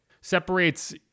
separates